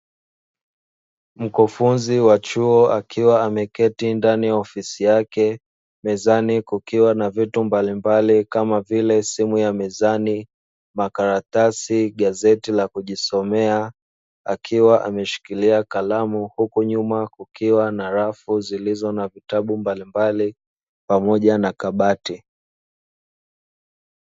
Mkufunzi wa chuo, akiwa ameketi ndani ya ofisi yake, mezani kukiwa na vitu mbalimbali kama vile simu ya mezani, makaratasi, gazeti la kujisomea akiwa ameshikilia kalamu huku nyuma kukiwa na rafu zilizo na vitabu mbali mbali pamoja na kabati.